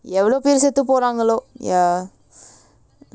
ya